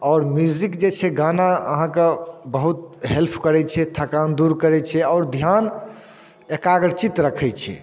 आओर म्यूजिक जे छै गाना अहाँके बहुत हेल्प करै छै थकान दूर करै छै आओर धिआन एकाग्रचित रखै छै